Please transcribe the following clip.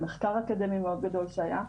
למחקר אקדמי מאוד גדול שהיה,